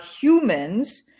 humans